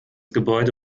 gebäude